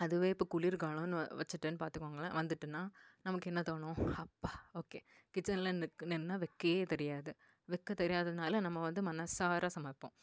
அதுவே இப்போ குளிர்காலன்னு வச்சிட்டேன்னு பார்த்துகோங்களேன் வந்துட்டுன்னால் நமக்கு என்ன தோணும் அப்பா ஓகே கிச்சன்ல நிக் நின்றா வெக்கையே தெரியாது வெக்கை தெரியாததனால நம்ம வந்து மனதார சமைப்போம்